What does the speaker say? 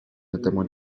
notamment